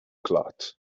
clot